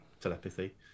telepathy